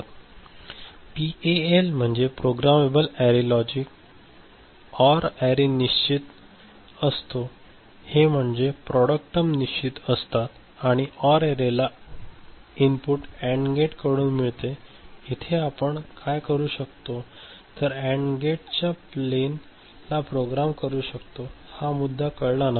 तर पीएएल म्हणजे programmable array लॉजिकमध्ये ऑर अॅरे निश्चित असतो हे म्हणजे प्रॉडक्ट टर्म्स निश्चित असतात आणि ऑर ला हे इनपुट अँड गेट कडून मिळते इथे आपण काय करू शकतो तर अँड गेटच्या प्लेन ला प्रोग्राम करू शकतो हा मुद्दा तुम्हाला कळला नं